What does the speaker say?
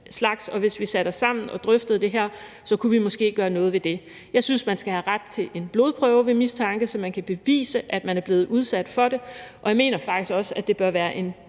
slags, og hvis vi satte os sammen og drøftede det her, kunne vi måske gøre noget ved det. Jeg synes, man skal have ret til at få taget en blodprøve ved mistanke, så man kan bevise, at man er blevet udsat for det. Jeg mener faktisk også, at det bør være en